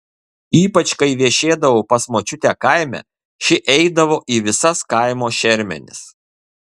ypač kai viešėdavau pas močiutę kaime ši eidavo į visas kaimo šermenis